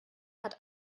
hat